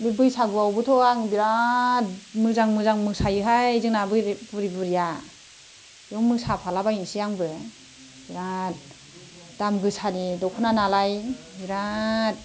बै बैसागुआवबोथ' आं बेराद मोजां मोजां मोसायोहाय जोंना बुरै बुरैया बेयाव मोसाफालायबायनोसै आंबो बेराद दाम गोसानि दखना नालाय बिराद